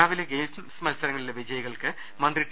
രാവിലെ ഗെയിംസ് മത്സരങ്ങളിലെ വിജയികൾക്ക് മന്ത്രി ടി